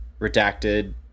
Redacted